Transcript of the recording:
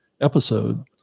episode